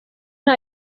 nta